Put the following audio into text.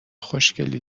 خوشگلی